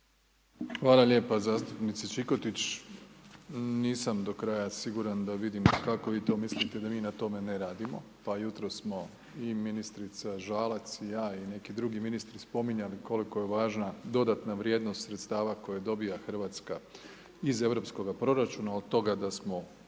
Hvala lijepa zastupnici Čikotić. Nisam do kraja siguran da vidim kako vi to mislite da mi na tome ne radimo. Pa jutros smo i ministrica Žalac i ja i neki drugi ministri spominjali koliko je važna dodatna vrijednost sredstava koju dobiva RH iz europskog proračuna, od toga da smo